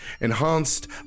enhanced